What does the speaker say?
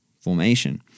formation